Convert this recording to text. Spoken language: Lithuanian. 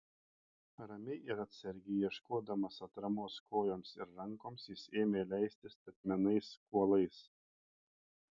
ramiai ir atsargiai ieškodamas atramos kojoms ir rankoms jis ėmė leistis statmenais kuolais